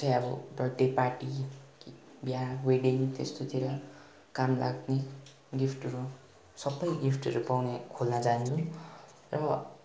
जो चाहिँ अब व्यवसायहरू पार्टी बिहा वेडिङ त्यस्तोतिर काम लाग्ने गिफ्टहरू सबै गिफ्टहरू पाउने खोल्न चाहन्छु र